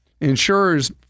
insurers